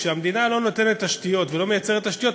כשהמדינה לא נותנת תשתיות ולא מייצרת תשתיות,